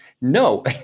No